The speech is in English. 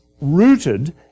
rooted